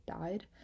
died